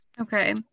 Okay